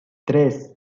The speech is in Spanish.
tres